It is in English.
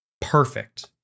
perfect